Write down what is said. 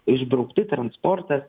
išbraukti transportas